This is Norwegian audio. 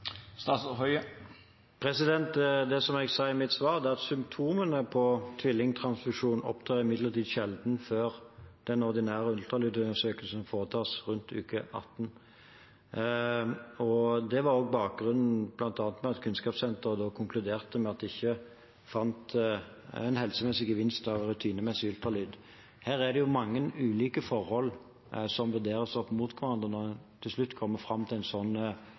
Det jeg sa i mitt svar, er at symptomene på tvillingtransfusjon imidlertid sjelden opptrer før den ordinære ultralydundersøkelsen foretas rundt uke 18. Det var bl.a. bakgrunnen for at Kunnskapssenteret konkluderte med at de ikke fant en helsemessig gevinst av rutinemessig ultralyd. Det er mange ulike forhold som skal vurderes opp mot hverandre før en til slutt kommer fram til en